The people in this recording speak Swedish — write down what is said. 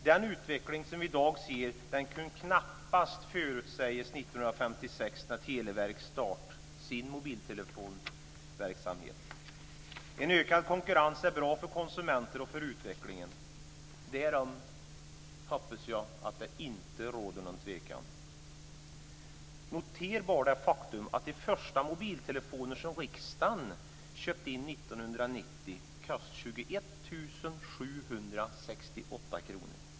Den utveckling vi i dag ser kunde knappast förutsägas 1956 när Televerket startade sin mobiltelefonverksamhet. En ökad konkurrens är bra för konsumenterna och utvecklingen - därom hoppas jag att det inte råder något tvivel. Notera bara det faktum att de första mobiltelefoner som riksdagen köpte in 1990 kostade 21 768 kr.